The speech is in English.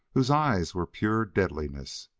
whose eyes were pure deadliness,